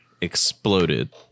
exploded